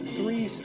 Three